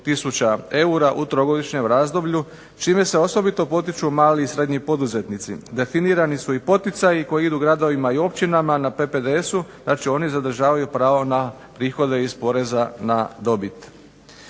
tisuća eura u trogodišnjem razdoblju, čime se osobito potiču mali i srednji poduzetnici. Definirani su i poticaji koji idu gradovima i općinama na PPDS-u, znači oni zadržavaju pravo na prihode iz poreza na dobit.